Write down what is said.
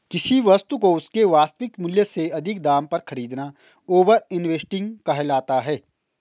किसी वस्तु को उसके वास्तविक मूल्य से अधिक दाम पर खरीदना ओवर इन्वेस्टिंग कहलाता है